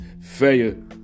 failure